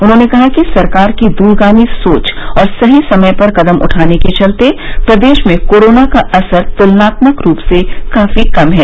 उन्होंने कहा कि सरकार की द्रगामी सोच और सही समय पर कदम उठाने के चलते प्रदेश में कोरोना का असर तुलनात्मक रूप से काफी कम है